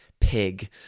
pig